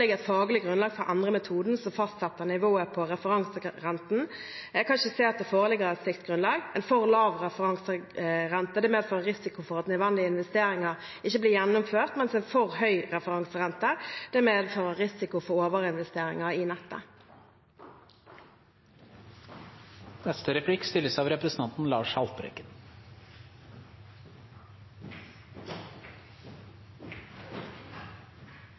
et faglig grunnlag for å endre metoden som fastsetter nivået på referanserenten. Jeg kan ikke se at det foreligger et slikt grunnlag. En for lav referanserente medfører risiko for at nødvendige investeringer ikke blir gjennomført, mens en for høy referanserente medfører risiko for overinvesteringer i nettet. Mitt spørsmål til statsråden er om regjeringen, nå som vi fikk utsatt innføringen av